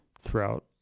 throughout